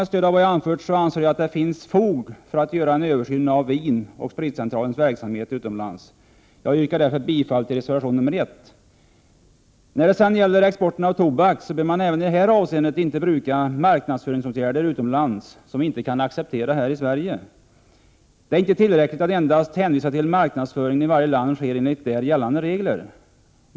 Med stöd av det jag har anfört anser jag att det finns fog att göra en översyn av Vin & Spritcentralens verksamhet utomlands. Jag yrkar därför bifall till reservation nr 1. Inte heller avseende tobak bör sådana marknadsföringsåtgärder brukas utomlands som vi inte kan acceptera här i Sverige. Det är icke tillräckligt att endast hänvisa till att marknadsföringen i varje land sker enligt där gällande regler.